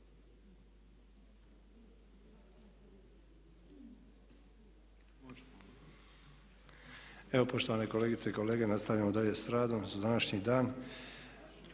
Evo poštovane kolegice i kolege nastavljamo dalje s radom za današnji dan.